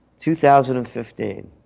2015